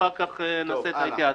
ואחר כך לצאת להתייעצות.